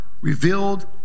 revealed